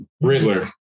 Riddler